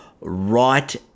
right